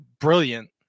brilliant